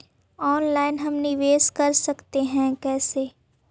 Online हम निवेश कर सकते है, कैसे?